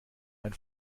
ein